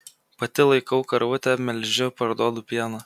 pati laikau karvutę melžiu parduodu pieną